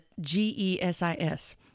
G-E-S-I-S